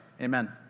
amen